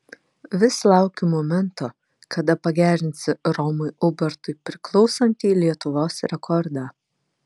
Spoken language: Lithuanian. vis laukiu momento kada pagerinsi romui ubartui priklausantį lietuvos rekordą